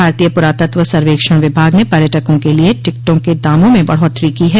भारतीय पुरातत्व सर्वेक्षण विभाग ने पर्यटकों के लिये टिकटों के दामों में बढ़ोत्तरी की है